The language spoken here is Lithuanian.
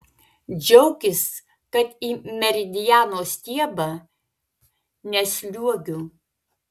džiaukis kad į meridiano stiebą nesliuogiu